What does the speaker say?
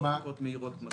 לא בדיקות מהירות.